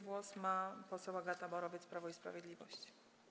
Głos ma poseł Agata Borowiec, Prawo i Sprawiedliwość.